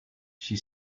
she